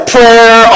Prayer